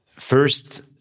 First